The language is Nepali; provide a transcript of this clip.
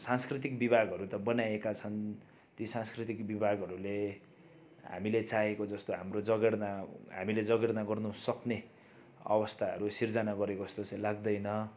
सांस्कृतिक विभागहरू त बनाएका छन् ती सांस्कृतिक विभागहरूले हामीले चाहेको जस्तो हाम्रो जगेर्ना हामीले जगेर्ना गर्नुसक्ने अवस्थाहरू सिर्जना गरेको जस्तो चाहिँ लाग्दैन